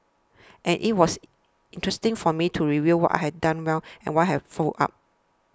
and it was interesting for me to review what I had done well and what I had fouled up